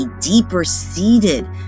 deeper-seated